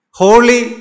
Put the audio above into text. holy